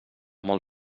molt